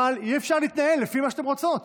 אבל אי-אפשר להתנהל לפי מה שאתן רוצות.